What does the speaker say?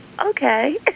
okay